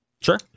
Sure